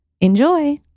Enjoy